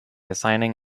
assigning